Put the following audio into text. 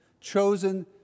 chosen